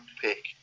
pick